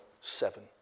seven